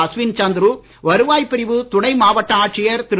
அஸ்வின் சந்துரு வருவாய்ப் பிரிவு துணை மாவட்ட ஆட்சியர் திரு